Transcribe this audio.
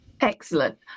excellent